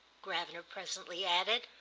gravener presently added,